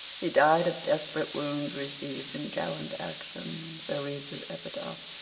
he died of desperate wounds received in gallant action' so reads his epitaph.